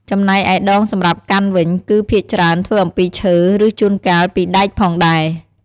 ចំណែកឯដងសម្រាប់កាន់វិញ គឺភាគច្រើនធ្វើអំពីឈើ ឬជួនកាលពីដែកផងដែរ។